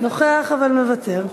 נוכח אבל מוותר.